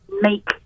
Make